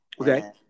Okay